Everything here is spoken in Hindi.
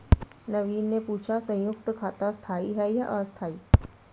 नवीन ने पूछा संयुक्त खाता स्थाई है या अस्थाई